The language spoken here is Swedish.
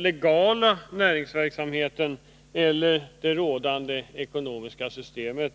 legala näringsverksamheten eller det rådande ekonomiska systemet.